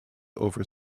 over